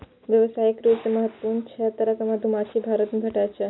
व्यावसायिक रूप सं महत्वपूर्ण छह तरहक मधुमाछी भारत मे भेटै छै